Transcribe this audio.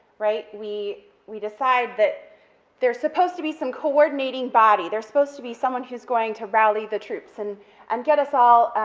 right, we we decide that there's supposed to be some coordinating body, there's supposed to be someone who's going to rally the troops and and get us all